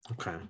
Okay